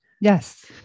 Yes